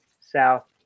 south